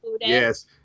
yes